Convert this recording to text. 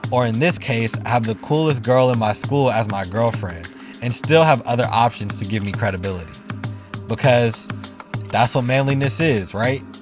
or, in this case, have the coolest girl in school as my girlfriend and still have other options to give me credibility because that's what manliness is, right?